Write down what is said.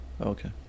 Okay